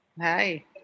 hi